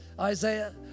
Isaiah